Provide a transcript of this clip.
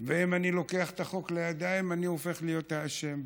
ואם אני לוקח את החוק לידיים אני הופך להיות האשם,